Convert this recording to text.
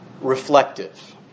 reflective